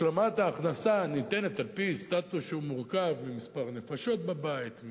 השלמת הכנסה ניתנת על-פי סטטוס שמורכב ממספר נפשות בבית,